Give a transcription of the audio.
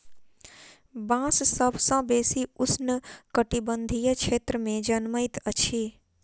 बांस सभ सॅ बेसी उष्ण कटिबंधीय क्षेत्र में जनमैत अछि